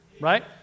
right